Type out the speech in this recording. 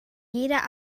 jeder